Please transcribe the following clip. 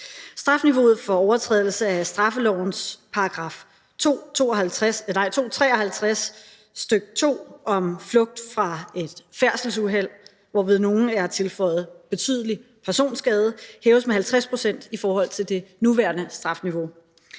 Strafniveauet for overtrædelse af straffelovens § 253, stk. 2, om flugt fra et færdselsuheld, hvorved nogle er tilføjet betydelig personskade, hæves med 50 pct. i forhold til det nuværende strafniveau.